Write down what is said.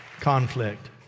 conflict